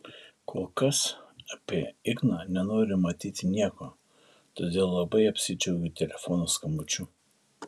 kol kas apie igną nenoriu manyti nieko todėl labai apsidžiaugiu telefono skambučiu